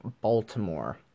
Baltimore